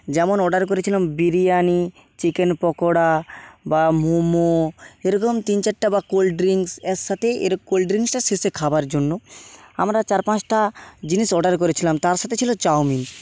যেমন অর্ডার করেছিলাম বিরিয়ানি চিকেন পকোড়া বা মোমো এরকম তিন চারটে বা কোল্ড ড্রিঙ্কস এর সাথেই এর কোল্ড ড্রিঙ্কসটা শেষে খাবার জন্য আমরা চার পাঁচটা জিনিস অর্ডার করেছিলাম তার সাথে ছিল চাউমিন